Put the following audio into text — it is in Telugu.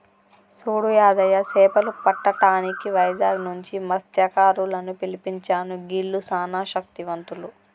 సూడు యాదయ్య సేపలు పట్టటానికి వైజాగ్ నుంచి మస్త్యకారులను పిలిపించాను గీల్లు సానా శక్తివంతులు